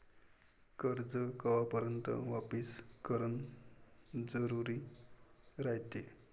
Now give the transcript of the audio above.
कर्ज कवापर्यंत वापिस करन जरुरी रायते?